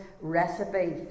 Recipe